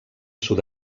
sud